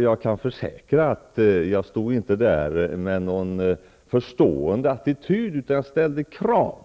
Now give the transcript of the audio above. Jag kan försäkra att jag inte stod där med någon förstående attityd, utan jag ställde krav.